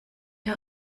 der